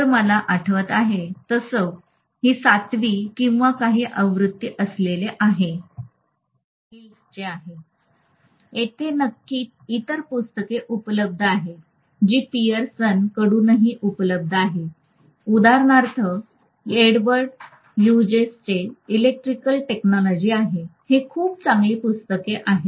जस मला आठवते आहे तस ही सातवी कि काहीआवृत्ती आलेले आहे आणि हे मॅक्ग्रा हिलचे आहे तेथे नक्कीच इतर पुस्तके उपलब्ध आहेत जी पीअरसन कडूनही उपलब्ध आहेत उदाहरणार्थ एडवर्ड ह्युजेसचे इलेक्ट्रिकल टेक्नॉलॉजी आहे हे खूप चांगली पुस्तक आहे